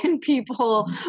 people